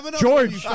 George